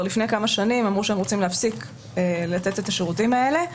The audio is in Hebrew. לפני כמה שנים אמרו שהם רוצים להפסיק לתת את השירותים האלה,